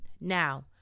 now